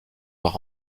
leur